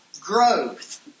growth